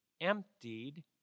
emptied